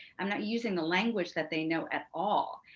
i'm not using the language that they know at all.